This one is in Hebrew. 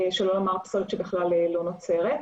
שלא לומר פסולת שבכלל לא נוצרת.